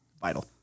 vital